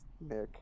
Nick